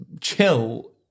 chill